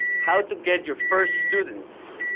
how to get your first students